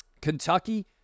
Kentucky